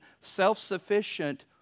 self-sufficient